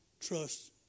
trust